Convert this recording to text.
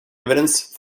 evidence